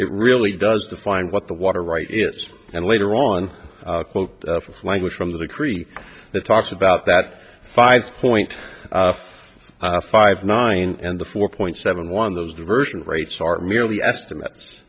it really does define what the water right is and later on a quote from language from the decree that talks about that five point five nine and the four point seven one those diversion rates are merely estimates